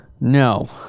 No